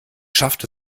schafft